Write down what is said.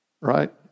right